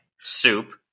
soup